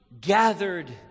gathered